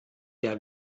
der